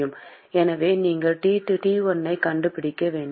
எனவே நீங்கள் T1 ஐ கண்டுபிடிக்க வேண்டும்